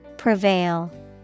Prevail